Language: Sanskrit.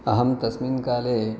अहं तस्मिन् काले